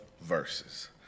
verses